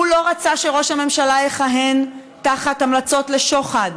הוא לא רצה שראש הממשלה יכהן תחת המלצות לשוחד,